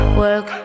work